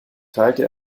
teilte